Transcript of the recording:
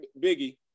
Biggie